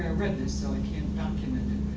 read this, so i can't document it.